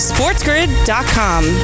SportsGrid.com